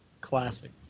Classic